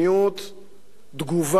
שבמדיניות תגובה,